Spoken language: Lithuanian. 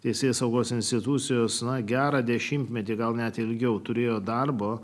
teisėsaugos institucijos na gerą dešimtmetį gal net ilgiau turėjo darbo